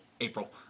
April